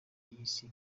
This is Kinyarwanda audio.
y’isi